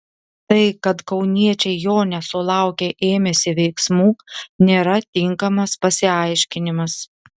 tai kad kauniečiai jo nesulaukę ėmėsi veiksmų nėra tinkamas pasiaiškinimas